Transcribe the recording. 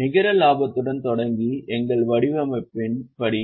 நிகர லாபத்துடன் தொடங்கி எங்கள் வடிவமைப்பின் படி